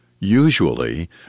Usually